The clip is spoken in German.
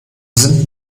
sind